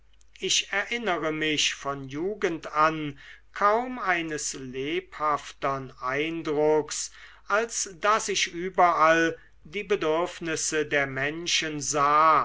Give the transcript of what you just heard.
ich erinnere mich von jugend an kaum eines lebhaftern eindrucks als daß ich überall die bedürfnisse der menschen sah